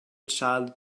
child